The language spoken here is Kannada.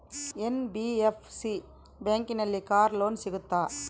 ಎನ್.ಬಿ.ಎಫ್.ಸಿ ಬ್ಯಾಂಕಿನಲ್ಲಿ ಕಾರ್ ಲೋನ್ ಸಿಗುತ್ತಾ?